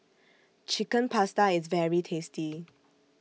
Chicken Pasta IS very tasty